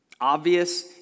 obvious